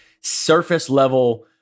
surface-level